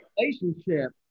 relationship